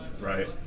right